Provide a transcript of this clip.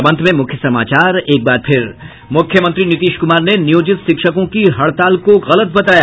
और अब अंत में मुख्य समाचार एक बार फिर मुख्यमंत्री नीतीश कुमार ने नियोजित शिक्षकों की हड़ताल को गलत बताया